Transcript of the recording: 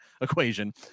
equation